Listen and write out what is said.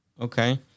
Okay